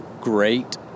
great